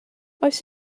oes